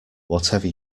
whatever